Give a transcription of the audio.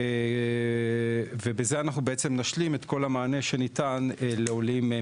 בזה אנחנו נשלים את כל המענה שניתן לעולים.